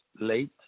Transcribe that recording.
late